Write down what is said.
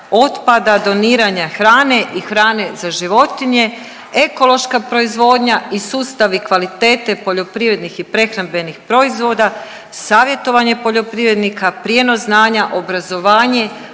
otpada doniranja hrane i hrane za životinje, ekološka proizvodnja i sustavi kvalitete poljoprivrednih i prehrambenih proizvoda, savjetovanje poljoprivrednika, prijenos znanja, obrazovanje,